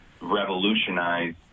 revolutionize